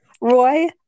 Roy